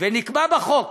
ונקבע בחוק